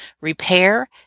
Repair